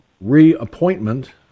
reappointment